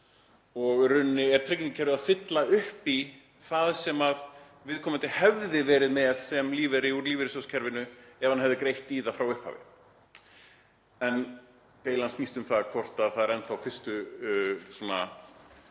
Í rauninni er tryggingakerfið að fylla upp í það sem viðkomandi hefði verið með sem lífeyri úr lífeyrissjóðakerfinu ef hann hefði greitt í það frá upphafi. En deilan snýst um hvort það eru enn þá fyrstu skilyrðin